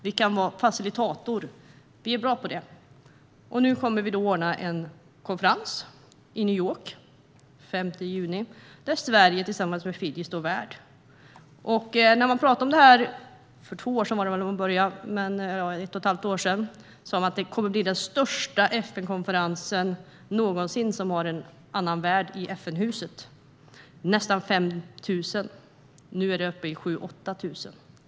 Vi kan vara facilitator, för det är vi bra på. Nu kommer alltså Sverige tillsammans med Fiji att stå värd för en konferens i New York den 5 juni. När man började tala om den för knappt två år sedan sa man att det kommer att bli den största konferensen någonsin i FN-huset med en annan värd. Då var det nästan 5 000; nu är det snart uppe i 8 000.